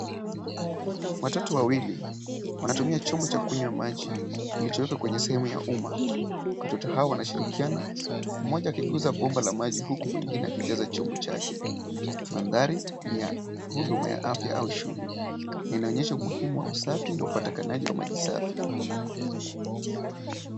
Watoto wawili wanatumia chombo cha kunywa maji kilichowekwa kwenye sehemu ya umma. Watoto hao wanashirikiana mmoja akiguza bomba la maji huku mwingine akijaza chungu chake. Mandhari ni ya huduma ya afya au shule. Linaonyesha umuhimu ya usafi na upatikanaji ya maji safi.